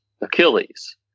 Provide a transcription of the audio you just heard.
Achilles